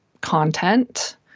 content